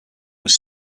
was